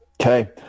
Okay